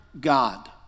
God